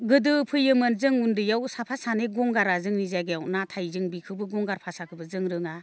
गोदो फैयोमोन जों उन्दैयाव साफा सानै गंगारा जोंनि जायगायाव नाथाय जों बेखोबो गंगार भासाखौबो जों रोङा